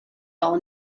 all